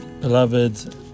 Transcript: beloved